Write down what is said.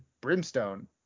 Brimstone